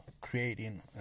creating